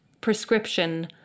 prescription